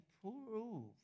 prove